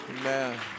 Amen